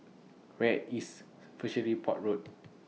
Where IS Fishery Port Road